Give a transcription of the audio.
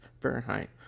Fahrenheit